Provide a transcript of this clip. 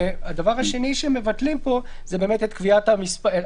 הדבר השני שמבטלים פה זה את הסכום.